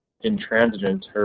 intransigent